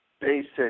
basic